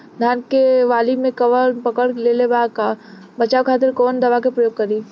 धान के वाली में कवक पकड़ लेले बा बचाव खातिर कोवन दावा के प्रयोग करी?